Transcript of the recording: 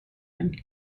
him